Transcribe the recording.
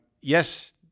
Yes